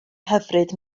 hyfryd